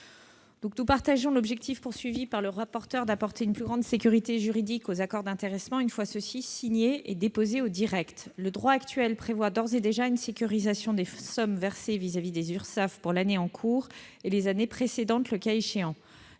Nous partageons l'objectif de M. le rapporteur : apporter une plus grande sécurité juridique aux accords d'intéressement une fois ceux-ci signés et déposés à la DIRECCTE. Le droit actuel prévoit d'ores et déjà une sécurisation des sommes versées vis-à-vis des URSSAF, pour l'année en cours et, le cas échéant,